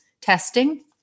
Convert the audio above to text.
testing